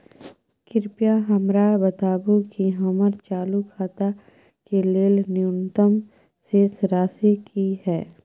कृपया हमरा बताबू कि हमर चालू खाता के लेल न्यूनतम शेष राशि की हय